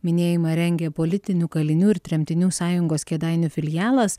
minėjimą rengia politinių kalinių ir tremtinių sąjungos kėdainių filialas